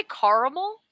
Caramel